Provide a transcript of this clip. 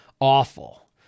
awful